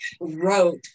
wrote